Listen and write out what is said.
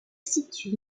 situe